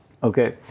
Okay